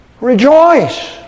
Rejoice